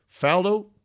Faldo